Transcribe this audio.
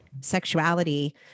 sexuality